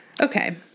Okay